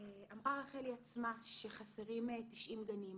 אמרה רחלי עצמה שחסרים 90 גנים.